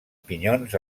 pinyons